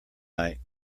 night